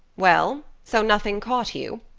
well, so nothing caught you?